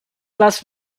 last